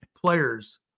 players